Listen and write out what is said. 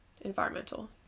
environmental